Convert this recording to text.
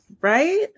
Right